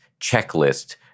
checklist